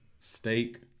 Steak